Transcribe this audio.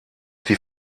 die